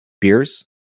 beers